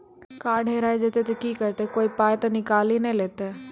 Card हेरा जइतै तऽ की करवै, कोय पाय तऽ निकालि नै लेतै?